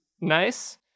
nice